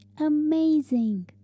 amazing